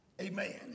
Amen